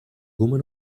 woman